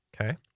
Okay